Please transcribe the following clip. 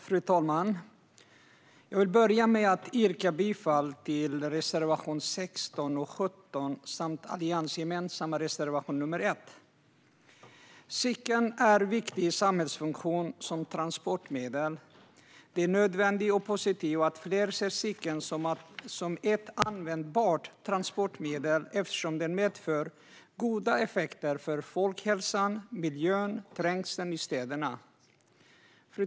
Fru talman! Jag vill börja med att yrka bifall till reservationerna 16 och 17 samt till den alliansgemensamma reservationen 1. Cykeln fyller en viktig samhällsfunktion som transportmedel. Det är nödvändigt och positivt att fler ser cykeln som ett användbart transportmedel eftersom den har goda effekter för folkhälsan, miljön och trängseln i städerna.